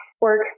work